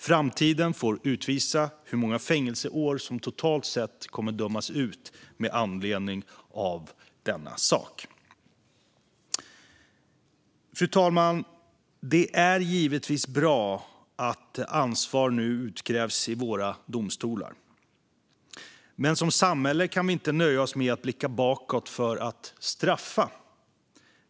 Framtiden får utvisa hur många fängelseår som totalt kommer att utdömas med anledning av detta. Fru talman! Det är givetvis bra att ansvar nu utkrävs i våra domstolar. Men som samhälle kan vi inte nöja oss med att blicka bakåt för att straffa.